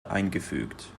eingefügt